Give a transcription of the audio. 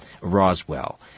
Roswell